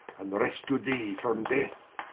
and rescu'd thee from death